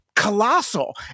colossal